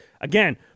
Again